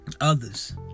others